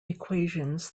equations